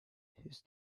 his